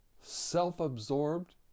self-absorbed